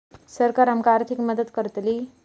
सरकार आमका आर्थिक मदत करतली?